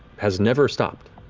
has never stopped.